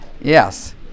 Yes